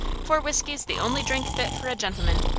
for whiskey's the only drink fit for a gentleman.